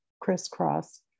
crisscross